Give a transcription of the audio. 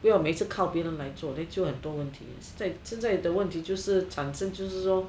不要每次靠别人来做 then 就很多问题现在的问题转生就是说